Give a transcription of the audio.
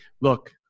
Look